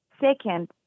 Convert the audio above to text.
Second